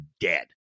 dead